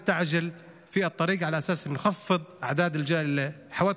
לכן, אנחנו מבקשים מכולכם לשמור על הנפשות שלכם.